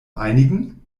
einigen